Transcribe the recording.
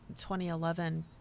2011